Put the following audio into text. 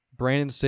Brandon